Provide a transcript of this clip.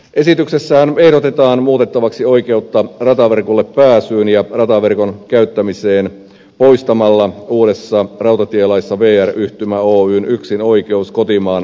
esityksessähän ehdotetaan muutettavaksi oikeutta rataverkolle pääsyyn ja rataverkon käyttämiseen poistamalla uudessa rautatielaissa vr yhtymä oyn yksinoikeus kotimaan henkilöliikenteeseen